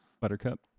Buttercup